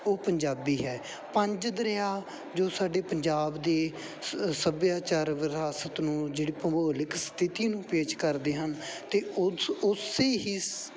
ਉਹ ਪੰਜਾਬੀ ਹੈ ਪੰਜ ਦਰਿਆ ਜੋ ਸਾਡੇ ਪੰਜਾਬ ਦੇ ਸ ਸੱਭਿਆਚਾਰ ਵਿਰਾਸਤ ਨੂੰ ਜਿਹੜੀ ਭੂਗੋਲਿਕ ਸਥਿੱਤੀ ਨੂੰ ਪੇਸ਼ ਕਰਦੇ ਹਨ ਅਤੇ ਉਸ ਉਸੇ ਹੀ